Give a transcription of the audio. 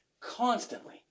Constantly